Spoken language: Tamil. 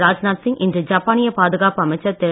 ராஜ்நாத் சிங் இன்று ஜப்பானிய பாதுகாப்பு அமைச்சர் திரு